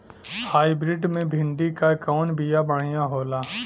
Hybrid मे भिंडी क कवन बिया बढ़ियां होला?